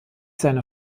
seine